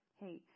hey